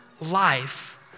life